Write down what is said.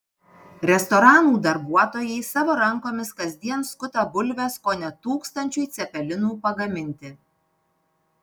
restoranų darbuotojai savo rankomis kasdien skuta bulves kone tūkstančiui cepelinų pagaminti